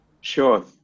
Sure